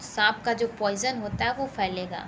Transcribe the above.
साँप का जो पोइज़न होता है वो फैलेगा